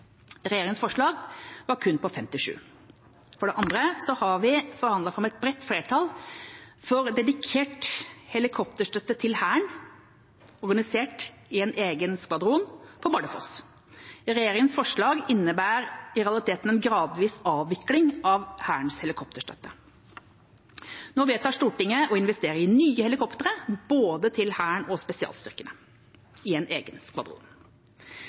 forslag var kun 57. For det andre har vi forhandlet fram et bredt flertall for dedikert helikopterstøtte til Hæren, organisert i egen skvadron, på Bardufoss. Regjeringas forslag innebar i realiteten en gradvis avvikling av Hærens helikopterstøtte. Nå vedtar Stortinget å investere i nye helikoptre både til Hæren og spesialstyrkene i en egen skvadron.